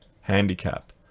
Handicap